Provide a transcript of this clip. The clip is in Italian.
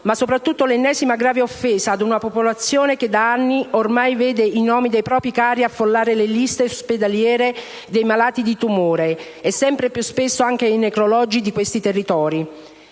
ma soprattutto l'ennesima grave offesa ad una popolazione che da anni ormai vede i nomi dei propri cari affollare le liste ospedaliere dei malati di tumore e sempre più spesso anche i necrologi di questi territori.